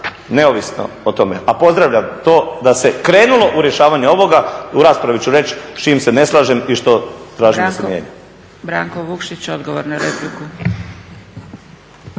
neovisno o tome. A pozdravljam to da se krenulo u rješavanje ovoga, a u raspravi ću reći s čim se ne slažem i što tražim da se mijenja. **Zgrebec, Dragica (SDP)** Branko Vukšić odgovor na repliku.